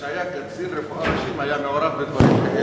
כאשר היה קצין רפואה ראשי, היה מעורב בדברים כאלה?